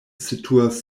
situas